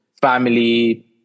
family